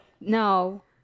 No